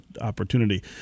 opportunity